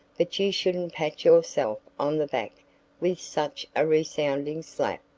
but you shouldn't pat yourself on the back with such a resounding slap.